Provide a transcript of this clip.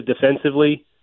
defensively